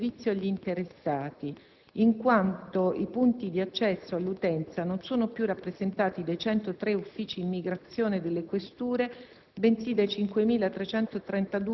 al fine di fornire un miglior servizio agli interessati, in quanto i punti di accesso all'utenza non sono più rappresentati dai 103 uffici immigrazione delle questure,